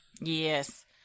Yes